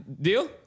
Deal